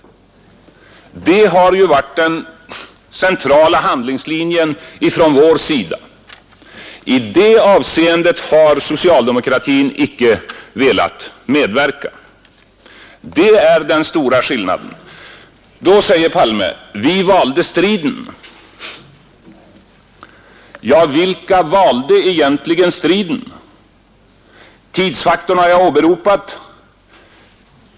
Det har ju varit den centrala handlingslinjen på vår sida. I det avseendet har socialdemokratin icke velat medverka. Det är den stora skillnaden. Då säger herr Palme: ”Ni valde striden! ” Ja, vilka valde egentligen striden? Tidsfaktorn har jag åberopat.